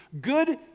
good